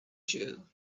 jew